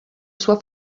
sua